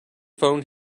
phone